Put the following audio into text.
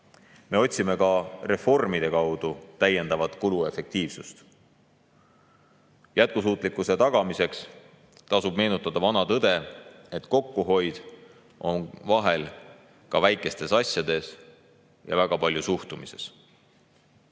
Me otsime ka reformide kaudu täiendavat kuluefektiivsust. Jätkusuutlikkuse tagamiseks tasub meenutada vana tõde: kokkuhoid on vahel ka väikestes asjades ja väga palju suhtumises.